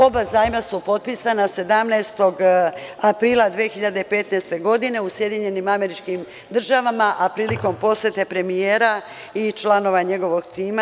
Oba zajma su potpisana 17. aprila 2015. godine u SADprilikom posete premijera i članova njegovog tima.